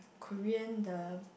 Korean the